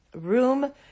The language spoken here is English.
Room